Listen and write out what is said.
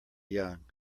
young